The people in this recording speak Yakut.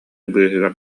быыһыгар